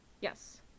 Yes